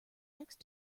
next